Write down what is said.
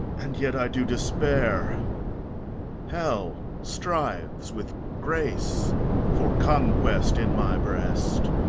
and yet i do despair hell strives with grace for conquest in my breast